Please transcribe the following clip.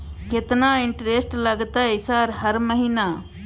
केतना इंटेरेस्ट लगतै सर हर महीना?